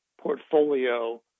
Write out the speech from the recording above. portfolio